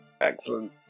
Excellent